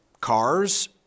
cars